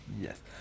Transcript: Yes